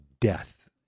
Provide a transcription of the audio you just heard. death